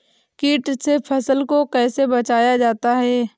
कीट से फसल को कैसे बचाया जाता हैं?